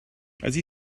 ydy